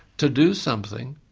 to do something,